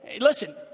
Listen